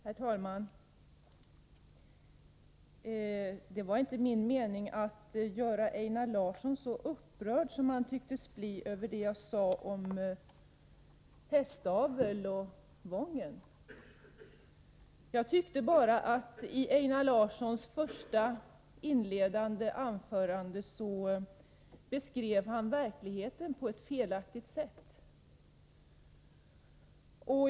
Herr talman! Det var inte min mening att göra Einar Larsson så upprörd som han tycktes bli över det jag sade om hästavel och Wången. Jag tyckte bara att Einar Larsson i sitt inledande anförande beskrev verkligheten på ett felaktigt sätt.